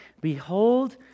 Behold